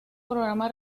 programa